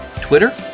Twitter